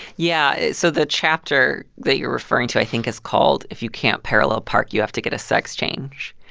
yeah. so the chapter that you're referring to, i think, is called if you can't parallel park, you have to get a sex change.